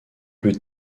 plus